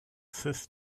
fifth